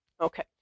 Okay